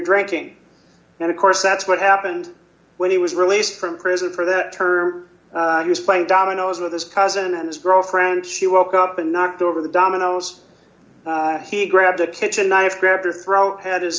drinking and of course that's what happened when he was released from prison for the term use playing dominoes of this pozen and his girlfriend she woke up and knocked over the dominoes he grabbed a kitchen knife grabbed her throat had his